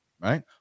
right